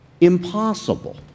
Impossible